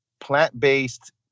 plant-based